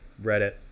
Reddit